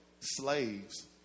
slaves